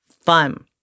fun